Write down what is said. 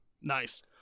Nice